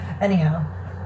Anyhow